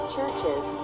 Churches